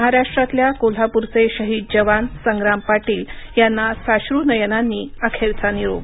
महाराष्ट्रातल्या कोल्हापूरचे शहीद जवान संग्राम पाटील यांना साश्रू नयनांनी अखेरचा निरोप